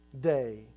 day